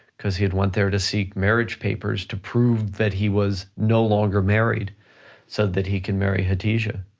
cause he had went there to seek marriage papers, to prove that he was no longer married so that he can marry hatice. yeah